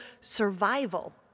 survival